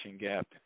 gap